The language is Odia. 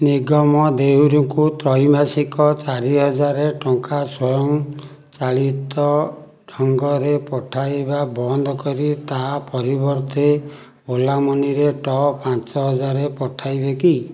ନିଗମ ଦେହୁରୀଙ୍କୁ ତ୍ରୈମାସିକ ଚାରିହଜାର ଟଙ୍କା ସ୍ୱୟଂ ଚାଳିତ ଢଙ୍ଗରେ ପଠାଇବା ବନ୍ଦକରି ତା' ପରିବର୍ତ୍ତେ ଓଲାମନିରେ ଟ ପାଞ୍ଚହଜାର ପଠାଇବେ କି